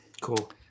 Cool